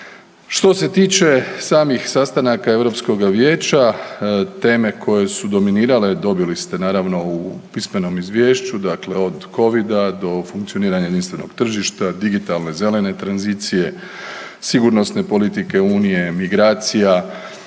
Što se tiče samih sastanaka Europskoga vijeća teme koje su dominirale, dobili ste naravno u tiskanom izvješću dakle od covida do funkcioniranja jedinstvenog tržišta, digitalne zelene tranzicije, sigurnosne politike unije, migracija,